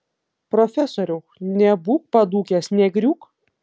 profesoriau nebūk padūkęs negriūk